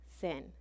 sin